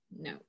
no